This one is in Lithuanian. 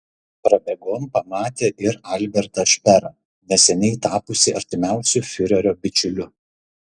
prabėgom pamatė ir albertą šperą neseniai tapusį artimiausiu fiurerio bičiuliu